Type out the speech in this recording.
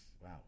Wow